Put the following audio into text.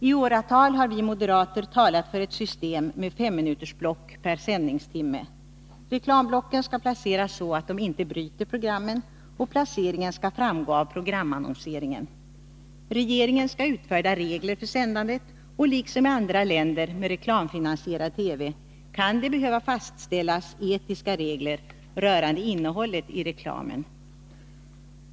I åratal har vi moderater talat för ett system med femminutersblock per sändningstimme. Reklamblocken skall placeras så att de inte bryter programmen, och placeringen skall framgå av programannonseringen. Regeringen skall utfärda regler för sändandet, och liksom i andra länder med reklamfinansierad TV kan det behöva fastställas etiska regler rörande innehållet i reklamen.